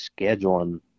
scheduling